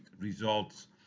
Results